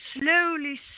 slowly